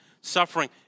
suffering